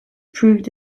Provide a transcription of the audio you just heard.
proved